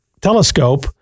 telescope